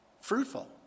fruitful